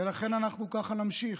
ולכן אנחנו ככה נמשיך,